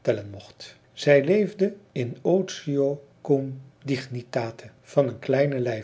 tellen mocht zij leefde in otio cum dignitate van een kleine